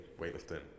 weightlifting